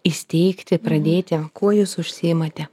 įsteigti pradėti kuo jūs užsiimate